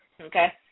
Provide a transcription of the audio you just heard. okay